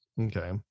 Okay